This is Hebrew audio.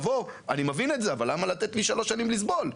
אני מבין את זה אבל למה לתת לי שלוש שנים לסבול?